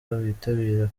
bitabira